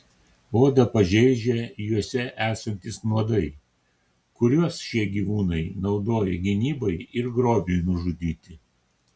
odą pažeidžia juose esantys nuodai kuriuos šie gyvūnai naudoja gynybai ir grobiui nužudyti